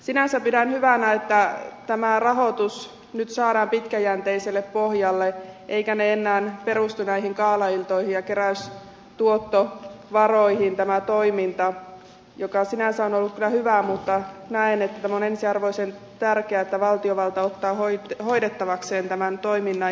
sinänsä pidän hyvänä että tämä rahoitus nyt saadaan pitkäjänteiselle pohjalle eikä tämä toiminta enää perustu näihin gaalailtoihin ja keräystuottovaroihin jotka sinänsä ovat olleet kyllä hyviä mutta näen että on ensiarvoisen tärkeää että valtiovalta ottaa hoidettavakseen tämän toiminnan